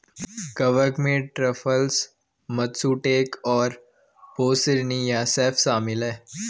कवक में truffles, matsutake और पोर्सिनी या सेप्स शामिल हैं